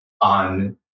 on